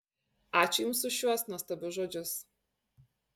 ačiū jums už šiuos nuostabius žodžius